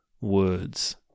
words